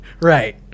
Right